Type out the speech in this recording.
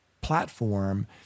platform